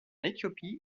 éthiopie